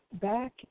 back